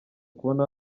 kubabona